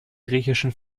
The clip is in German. griechischen